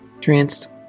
Tranced